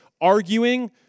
arguing